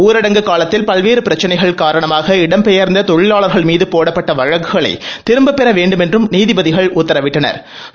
ஊரடங்கு காலத்தில் பல்வேறு பிரச்சினைகள் காரணமாக இடம்பெயர்ந்த தொழிலாளர்கள் மீது போடப்பட்ட வழக்குகளை திரும்பப்பெற வேண்டும் என்றும் நீதிபதிகள் உத்தரவிட்டனா்